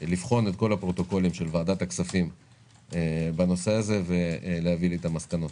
לבחון את כל הפרוטוקולים של ועדת הכספים בנושא ולהביא לי את המסקנות.